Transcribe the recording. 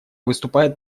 выступает